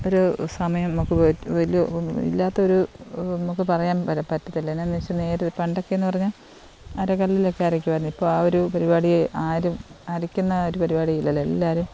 ഒരു സമയം നമുക്ക് വ വലിയ ഇല്ലാത്തൊരു നമുക്ക് പറയാൻ പറ്റില്ല പറ്റത്തില്ല എന്നാന്ന് വെച്ചാൽ നേരിത് പണ്ടൊക്കേന്ന് പറഞ്ഞാൽ അര കല്ലിലൊക്കെ അരയ്ക്കുവായിരുന്നു ഇപ്പം ആ ഒരു പരിപാടിയേ ആരും അരയ്ക്കുന്ന ആ ഒരു പരിപാടി ഇല്ലല്ലൊ എല്ലാവരും